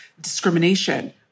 discrimination